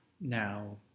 now